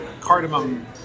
cardamom